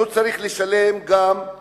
הוא צריך לשלם עבור